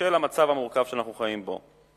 בשל המצב המורכב שאנחנו חיים בו,